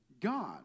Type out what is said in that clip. God